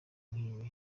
nkibi